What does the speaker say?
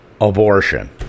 abortion